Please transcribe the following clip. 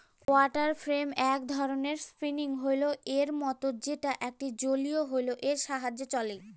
water frame এক ধরনের spinning wheel এর মত যেটা একটা জলীয় হুইল এর সাহায্যে চলে